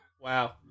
Wow